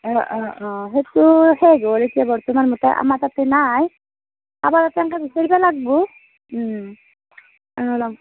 অঁ অঁ অঁ সেইটো শেষ হ'ল এতিয়া বৰ্তমান মোৰ তাত আমাৰ তাতে নাই কাৰোবাৰ ইয়াতে তেনেকে বিচাৰিব লাগিব উম